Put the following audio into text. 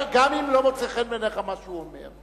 גם אם לא מוצא חן בעיניך מה שהוא אומר.